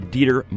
Dieter